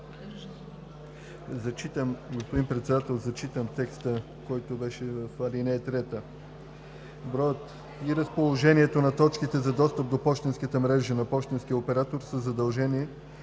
зачитам текста, който беше в ал. 3: „броят и разположението на точките за достъп до пощенската мрежа на пощенския оператор със задължение